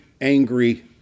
angry